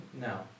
No